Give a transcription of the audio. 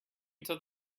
until